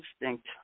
instinct